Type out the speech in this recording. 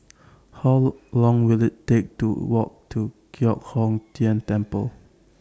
How Long Will IT Take to Walk to Giok Hong Tian Temple